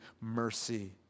mercy